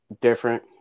different